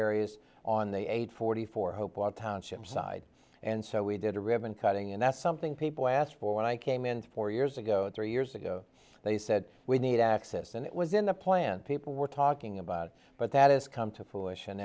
areas on the eight forty four hope what township side and so we did a ribbon cutting and that's something people asked for when i came in four years ago three years ago they said we need access and it was in the plan people were talking about but that has come to fruition